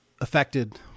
affected